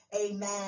amen